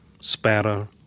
spatter